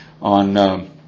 on